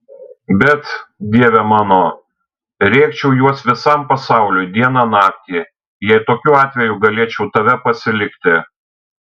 bet dieve mano rėkčiau juos visam pasauliui dieną naktį jei tokiu atveju galėčiau tave pasilikti